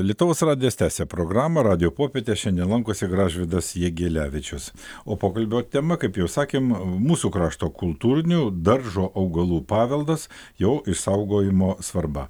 lietuvos radijas tęsia programą radijo popietė šiandien lankosi gražvydas jegelevičius o pokalbio tema kaip jau sakėm mūsų krašto kultūrinių daržo augalų paveldas jo išsaugojimo svarba